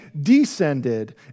descended